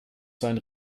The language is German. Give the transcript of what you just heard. sein